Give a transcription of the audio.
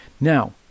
now